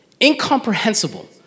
incomprehensible